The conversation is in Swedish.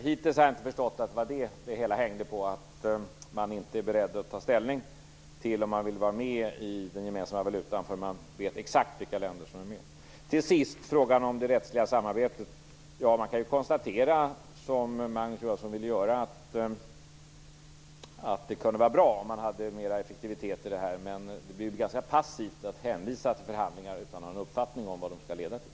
Hittills har jag inte förstått att det hängde på att man inte är beredd att ta ställning till om man vill vara med om en gemensam valuta förrän man vet exakt vilka länder som är med. Till sist frågan om det rättsliga samarbetet. Magnus Johansson konstaterar att det kunde vara bra med mera effektivitet. Men det blir ganska passivt att hänvisa till förhandlingar utan att ha någon uppfattning om vad de skall leda till.